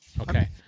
Okay